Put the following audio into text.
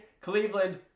Cleveland